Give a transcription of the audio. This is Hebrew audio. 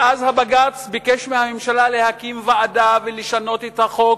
ואז בג"ץ ביקש מהממשלה להקים ועדה ולשנות את החוק,